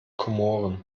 komoren